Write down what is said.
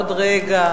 עוד רגע,